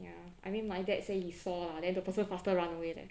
ya I mean my dad say he saw lah then the person faster run away there